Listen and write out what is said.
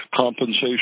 compensation